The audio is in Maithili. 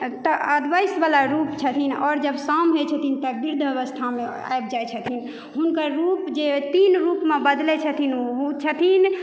तऽ वयस्क बला रूप छथिन आओर जब शाम होइ छथिन तऽ बृद्ध अवस्थामे आबि जाइ छथिन हुनकर रूप जे तीन रूपमे बदलै छथिन ओ छथिन